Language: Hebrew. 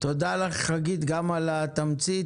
תודה לך, חגית, גם על התמצית.